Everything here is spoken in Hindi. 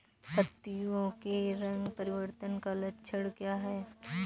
पत्तियों के रंग परिवर्तन का लक्षण क्या है?